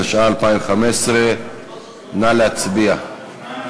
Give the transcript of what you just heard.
התשע"ה 2015. נא להצביע.